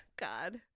God